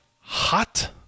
Hot